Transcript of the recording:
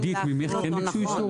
עידית, ממך כן ביקשו אישור?